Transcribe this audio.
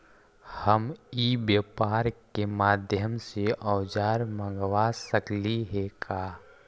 हम ई व्यापार के माध्यम से औजर मँगवा सकली हे का?